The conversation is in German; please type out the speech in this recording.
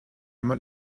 mal